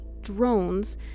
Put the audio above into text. drones